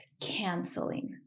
canceling